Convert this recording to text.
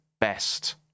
best